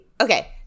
okay